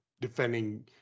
defending